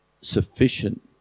sufficient